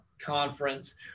conference